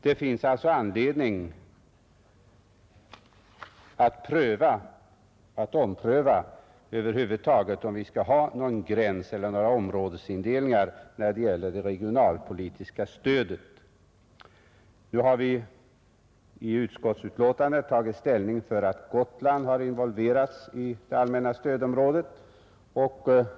Det finns alltså anledning att ompröva om vi över huvud taget skall ha någon gräns eller några områdesindelningar för det regionalpolitiska stödet. Nu har vi i utskottsbetänkandet tagit ställning för att Gotland involveras i det allmänna stödområdet.